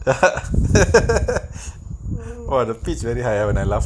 !whoa! the pitch very high ah when I laugh